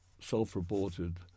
self-reported